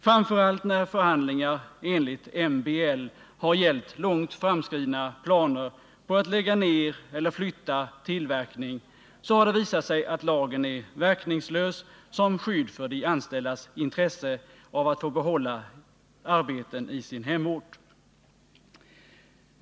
Framför allt när förhandlingar enligt MBL har gällt långt framskridna planer på att lägga ner eller flytta tillverkning så har det visat sig att lagen är verkningslös som skydd för de anställdas intresse att få behålla arbeten i sin hemort.